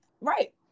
right